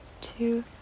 two